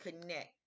connect